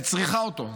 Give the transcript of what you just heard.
שהיא צריכה אותו,